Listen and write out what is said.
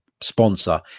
sponsor